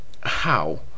How